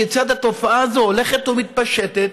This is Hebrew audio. כיצד התופעה הזאת הולכת ומתפשטת,